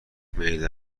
معده